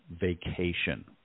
vacation